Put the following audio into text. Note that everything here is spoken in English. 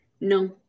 no